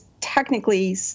technically